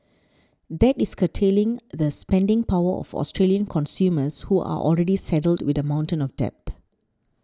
that is curtailing the spending power of Australian consumers who are already saddled with a mountain of debt